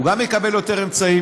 הוא גם יקבל יותר אמצעים,